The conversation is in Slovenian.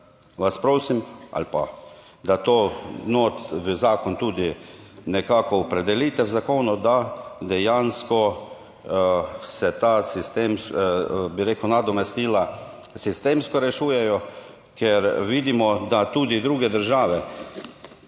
vas prosim ali pa da to notri v zakon tudi nekako opredelite v zakonu, da dejansko se ta sistem, bi rekel, nadomestila sistemsko rešujejo, ker vidimo, da tudi druge države